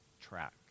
track